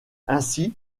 ainsi